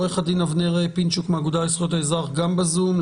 עורך הדין אבנר פינצ'וק מהאגודה לזכויות האזרח גם בזום.